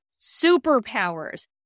superpowers